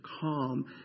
calm